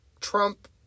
Trump